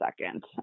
second